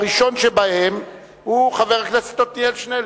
הראשון שבהם הוא חבר הכנסת עתניאל שנלר,